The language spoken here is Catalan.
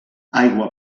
aigua